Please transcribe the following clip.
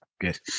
Good